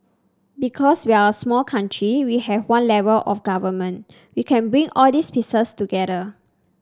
because we're a small country we have one level of government we can bring all these pieces together